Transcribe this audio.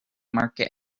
market